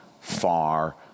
far